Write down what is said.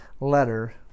letter